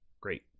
great